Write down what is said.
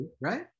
right